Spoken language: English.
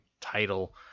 title